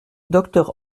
docteur